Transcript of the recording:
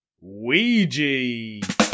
Ouija